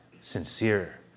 Sincere